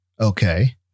Okay